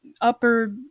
upper